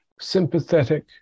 sympathetic